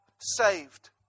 saved